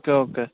okay okay